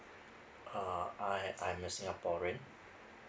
uh I I'm a singaporean